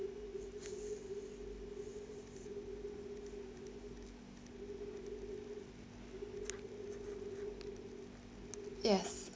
yes